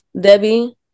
Debbie